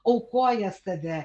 aukoja save